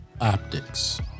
Optics